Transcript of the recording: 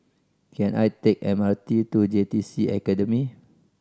can I take M R T to J T C Academy